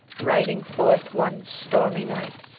riding forth one stormy night.